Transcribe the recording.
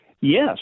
Yes